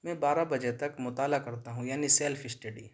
میں بارہ بجے تک مطالعہ کرتا ہوں یعنی سیلف اسٹڈی